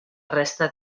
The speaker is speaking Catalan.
resta